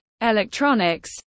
electronics